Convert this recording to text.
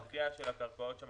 הרוב המכריע של הקרקעות שם